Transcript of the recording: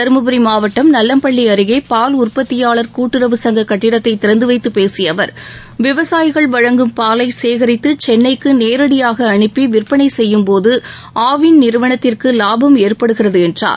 தர்மபுரி மாவட்டம் நல்லம்பள்ளி அருகே பால் உற்பத்தியாளர் கூட்டுறவு சங்க கட்டடத்தை திறந்து வைத்துப் பேசிய அவர் விவசாயிகள் வழங்கும் பாலை சேகரித்து சென்னைக்கு நேரடியாக அனுப்பி விற்பனை செய்யும் போது ஆவின் நிறுவனத்திற்கு வாபம் ஏற்படுகிறது என்றார்